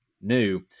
new